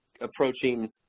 approaching –